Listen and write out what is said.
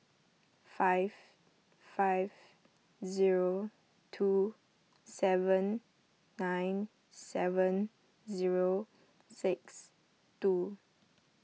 five five zero two seven nine seven zero six two